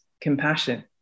compassion